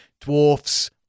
Dwarfs